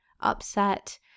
upset